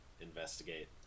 investigate